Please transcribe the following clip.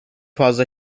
fazla